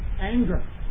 anger